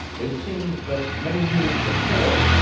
it seems that, many years before,